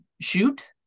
shoot